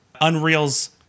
Unreal's